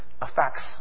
affects